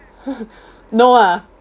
no ah